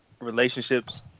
relationships